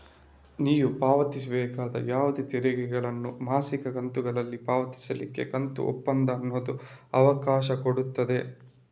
ನೀವು ಪಾವತಿಸಬೇಕಾದ ಯಾವುದೇ ತೆರಿಗೆಗಳನ್ನ ಮಾಸಿಕ ಕಂತುಗಳಲ್ಲಿ ಪಾವತಿಸ್ಲಿಕ್ಕೆ ಕಂತು ಒಪ್ಪಂದ ಅನ್ನುದು ಅವಕಾಶ ಕೊಡ್ತದೆ